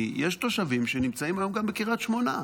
כי יש תושבים שנמצאים היום גם בקריית שמונה,